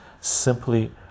simply